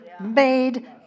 made